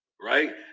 Right